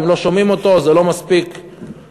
אם לא שומעים אותו זה לא מספיק מצ'ואיסטי,